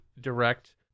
direct